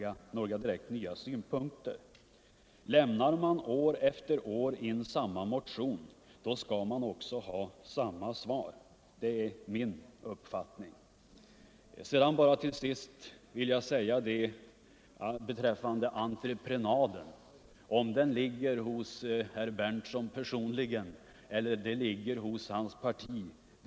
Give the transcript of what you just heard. till herr Berndtson att det åligger utskottet att uttala sig om hans motion och när den inte innehåller något nytt kan man inte heller begära att utskottet den s.k. 4-pro Till sist vill jag säga beträffande entreprenaden att det må vara detsamma centsregeln vid val om den ligger hos herr Berndtson personligen eller hos hans parti.